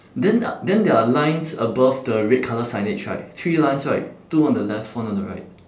then uh then their lines above the red colour signage right three lines right two on the left one on the right